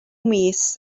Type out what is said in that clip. mis